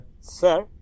sir